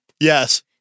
Yes